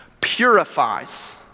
purifies